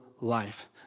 Life